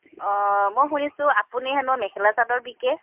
অঁ মই শুনিছোঁ আপুনি হেনো মেখেলা চাদৰ বিকে